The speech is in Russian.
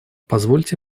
позвольте